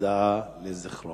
והצדעה לזכרו.